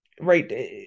right